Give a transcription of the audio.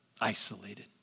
isolated